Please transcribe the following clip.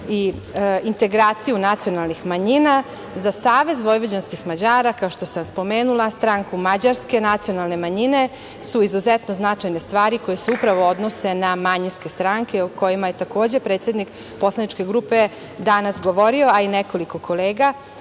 i integraciju nacionalnih manjina.Za Savez vojvođanskih Mađara, kao što sam spomenula, stranku mađarske nacionalne manjine, su izuzetno značajne stvari koje se upravo odnose na manjinske stranke, o kojima je takođe predsednik poslaničke grupe danas govorio, a i nekoliko kolega.